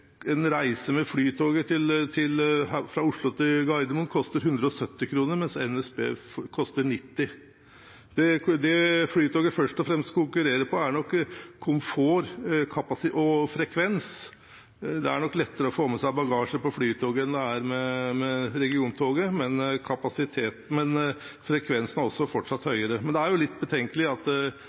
En reise med Flytoget fra Oslo til Gardermoen koster 170 kr, mens den med NSB koster 90 kr. Det Flytoget først og fremst konkurrerer på, er komfort og frekvens. Det er nok lettere å få med seg bagasje på Flytoget enn det er med regiontoget, og frekvensen er også fortsatt høyere. Men det er litt betenkelig at